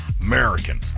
American